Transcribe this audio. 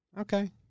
Okay